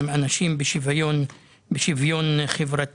עם אנשים בשוויון חברתי,